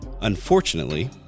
Unfortunately